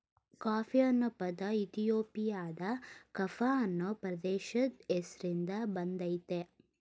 coffee ಅನ್ನೊ ಪದ ಇಥಿಯೋಪಿಯಾದ ಕಾಫ ಅನ್ನೊ ಪ್ರದೇಶದ್ ಹೆಸ್ರಿನ್ದ ಬಂದಯ್ತೆ